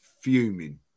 fuming